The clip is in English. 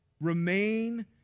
Remain